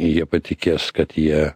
jie patikės kad jie